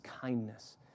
kindness